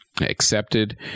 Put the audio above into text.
accepted